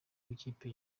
rw’ikipe